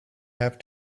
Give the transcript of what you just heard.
have